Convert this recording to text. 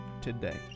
today